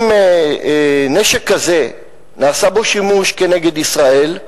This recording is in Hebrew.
אם נשק כזה, נעשה בו שימוש כנגד ישראל,